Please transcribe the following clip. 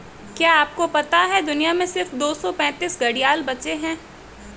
क्या आपको पता है दुनिया में सिर्फ दो सौ पैंतीस घड़ियाल बचे है?